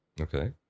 Okay